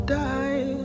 die